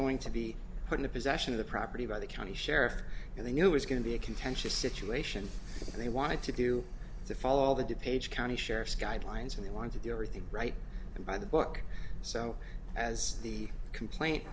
going to be put into possession of the property by the county sheriff and they knew it was going to be a contentious situation and they wanted to do to follow all the details county sheriff's guidelines and they want to do everything right and by the book so as the complaint